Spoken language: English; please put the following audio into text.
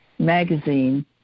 magazine